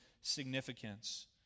significance